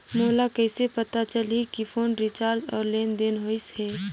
मोला कइसे पता चलही की फोन रिचार्ज और लेनदेन होइस हे?